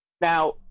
now